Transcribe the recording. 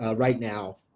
ah right now,